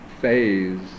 phase